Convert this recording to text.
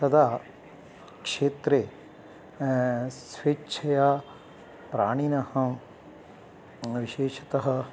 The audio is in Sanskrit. तदा क्षेत्रे स्वेच्छया प्राणिनः विशेषतः